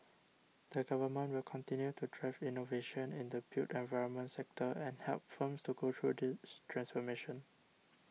the Government will continue to drive innovation in the built environment sector and help firms to go through this transformation